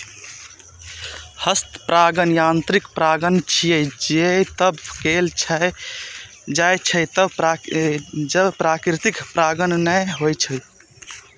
हस्त परागण यांत्रिक परागण छियै, जे तब कैल जाइ छै, जब प्राकृतिक परागण नै होइ छै